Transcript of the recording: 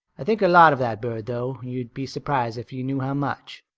i think a lot of that bird though. you'd be surprised if you knew how much.